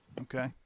Okay